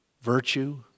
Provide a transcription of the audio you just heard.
virtue